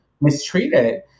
mistreated